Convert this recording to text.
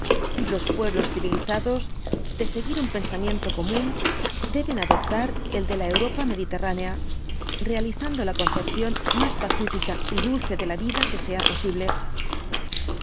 los pueblos civilizados de seguir un pensamiento común deben adoptar el de la europa mediterránea realizando la concepción más pacífica y dulce de la vida que sea posible